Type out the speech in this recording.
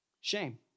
Shame